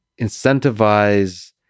incentivize